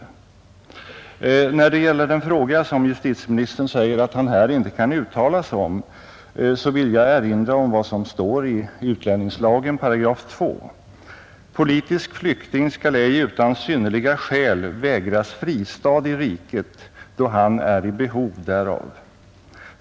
När det gäller den fråga som justitieministern säger att han här inte kan uttala sig om vill jag erinra om vad som står i utlämningslagen 2 §:” Politisk flykting skall ej utan synnerliga skäl vägras fristad i riket, då han är i behov därav.